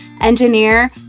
engineer